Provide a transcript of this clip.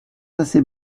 assez